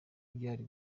byari